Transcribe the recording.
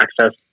access